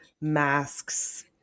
masks